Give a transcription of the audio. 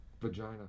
Vagina